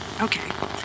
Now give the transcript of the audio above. Okay